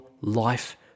life